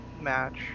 match